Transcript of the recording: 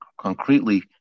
concretely